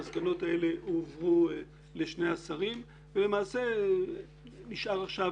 המסקנות האלה הועברו לשני השרים ולמעשה נשאר עכשיו